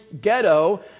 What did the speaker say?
ghetto